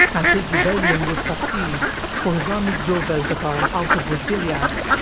and his rebellion would succeed, for his armies drove eldacar out of osgiliath,